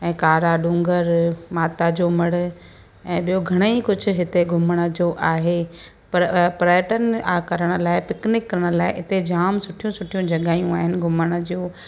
ऐं कारा डूंगर माता जो मण ऐं ॿियों घणे ई कुझु हिते घुमण जो आहे पर पर्यटन में आहे करण लाइ पिकनिक करण लाइ इते जाम सुठियूं सुठियूं जॻहियूं आहिनि घुमण जो